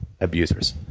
abusers